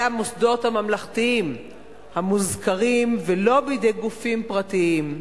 המוסדות הממלכתיים המוזכרים ולא בידי גופים פרטיים.